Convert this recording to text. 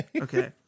Okay